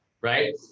right